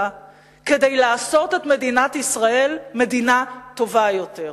כדי לעשות את מדינת ישראל מדינה טובה יותר,